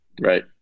Right